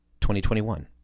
2021